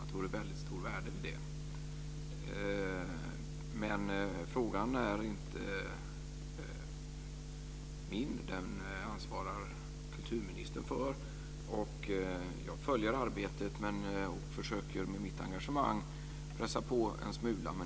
Det skulle vara väldigt stort värde i det. Men frågan är inte min, den ansvarar kulturministern för. Jag följer arbetet och försöker med mitt engagemang pressa på en smula.